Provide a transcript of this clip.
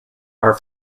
are